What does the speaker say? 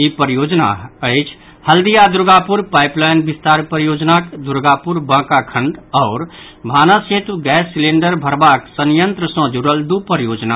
ई परियोजना अछि हल्दिया दुर्गापुर पाइपलाइन विस्तार परियोजनाक दुर्गापुर बांका खंड आओर भानस हेतु गैस सिलेण्डर भरबाक संयंत्र सँ जुड़ल दू परियोजना